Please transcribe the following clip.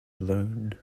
alone